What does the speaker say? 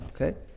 okay